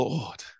Lord